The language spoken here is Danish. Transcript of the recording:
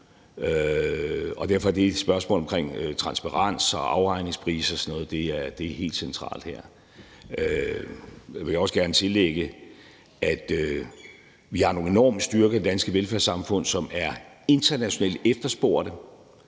Derfor er spørgsmålet om transparens og afregningspriser og sådan noget helt centralt her. Jeg vil også gerne tillægge, at vi har nogle enorme styrker i det danske velfærdssamfund, som er internationalt efterspurgte,